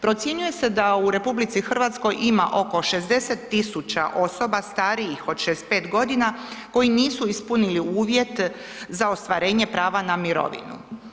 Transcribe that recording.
Procjenjuje se da u RH ima oko 60 000 osoba starijih od 65. g. koji nisu ispunili uvjete za ostvarenje prava na mirovinu.